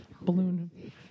balloon